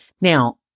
Now